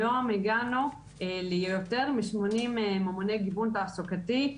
היום הגענו ליותר משמונים ממוני גיוון תעסוקתי.